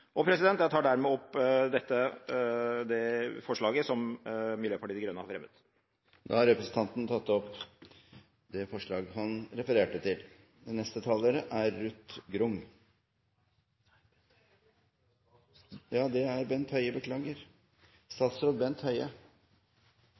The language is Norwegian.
Jeg tar dermed opp det forslaget som Miljøpartiet De Grønne har fremmet. Representanten Rasmus Hansson har tatt opp det forslaget han refererte til. Alkohol er en lovlig vare, men det er ingen alminnelig vare. Det er